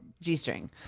g-string